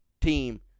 team